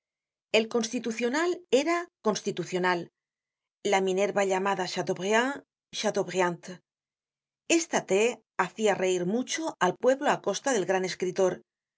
el constitucional era constitucional la minerva llamaba á chateaubriand chateaubriand esta t hacia reir mucho al pueblo á costa del gran escritor en